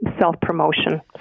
self-promotion